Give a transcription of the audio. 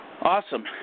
Awesome